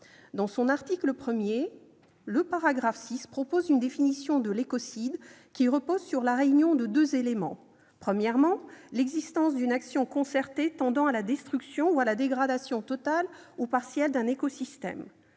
Dans son article 1, l'alinéa 6 propose une définition de l'écocide qui repose sur la réunion de deux éléments : la présence d'une action concertée tendant à la destruction ou à la dégradation totale ou partielle d'un écosystème